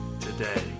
today